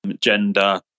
gender